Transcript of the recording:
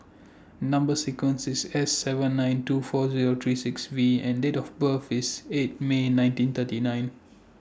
Number sequence IS S seven nine two four Zero three six V and Date of birth IS eight May nineteen thirty nine